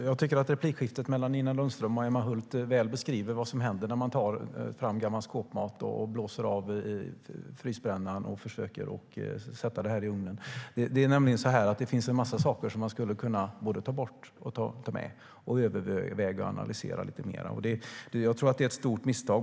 Fru talman! Replikskiftet mellan Nina Lundström och Emma Hult beskriver väl vad som händer när man tar fram gammal skåpmat, blåser av frysbrännan och försöker sätta in maten i ugnen. Det finns en massa saker som man skulle kunna ta bort eller ta med, överväga och analysera lite mer. Jag tror att det är ett stort misstag.